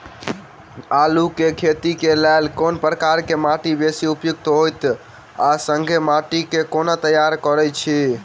आलु केँ खेती केँ लेल केँ प्रकार केँ माटि बेसी उपयुक्त होइत आ संगे माटि केँ कोना तैयार करऽ छी?